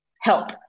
help